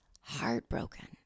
heartbroken